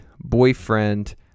boyfriend